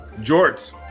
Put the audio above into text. Jorts